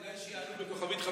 אולי כדאי שיענו בכוכבית,